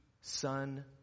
son